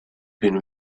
been